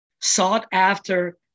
sought-after